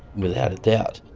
without a doubt.